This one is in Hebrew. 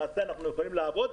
למעשה אנחנו יכולים לעבוד,